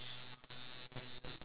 oh so far